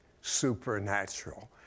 supernatural